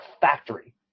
factory